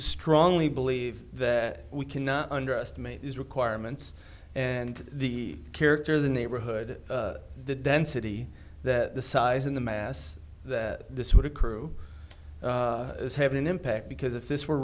strongly believe that we cannot underestimate the requirements and the character of the neighborhood the density that the size and the mass that this would accrue is having an impact because if this were